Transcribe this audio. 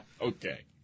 Okay